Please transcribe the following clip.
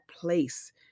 place